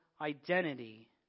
identity